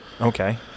Okay